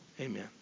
amen